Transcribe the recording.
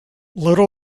little